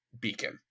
beacon